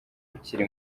ukiri